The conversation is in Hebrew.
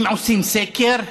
אם עושים סקר,